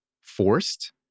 forced